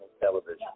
television